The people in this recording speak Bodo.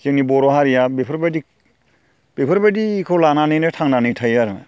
जोंनि बर' हारिया बेफोरबायदि बेफोरबायदिखौ लानानैनो थांनानै थायो आरो